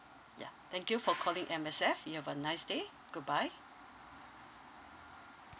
yeah thank you for calling M_S_F you have a nice day goodbye